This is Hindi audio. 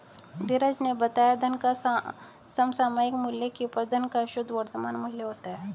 धीरज ने बताया धन का समसामयिक मूल्य की उपज धन का शुद्ध वर्तमान मूल्य होता है